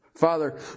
Father